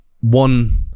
One